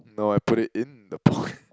no I put it in the pork